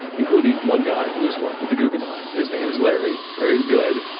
including one guy who has worked with the guggenheim. his name is larry. larry's good,